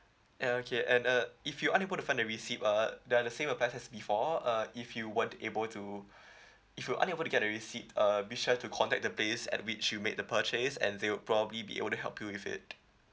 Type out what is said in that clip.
okay and uh if you unable to find the receipt uh the the same applies as before uh if you weren't able to if you unable to get the receipt uh be sure to contact the place at which you made the purchase and they'd probably be able to help you with it